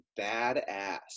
badass